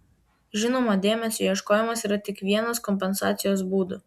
žinoma dėmesio ieškojimas yra tik vienas kompensacijos būdų